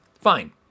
fine